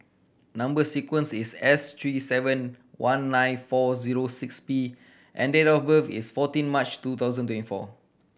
number sequence is S three seven one nine four zero six P and date of birth is fourteen March two thousand twenty four